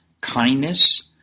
Kindness